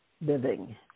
Living